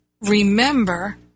remember